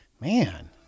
Man